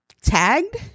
tagged